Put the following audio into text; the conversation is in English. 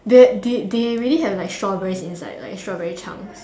that did they really have like strawberries inside like strawberry chunks